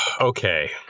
okay